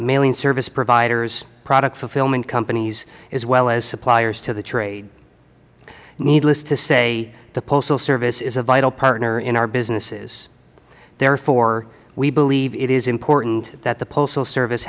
mailing service providers product fulfillment companies as well as suppliers to the trade needless to say the postal service is a vital partner in our businesses therefore we believe it is important that the postal service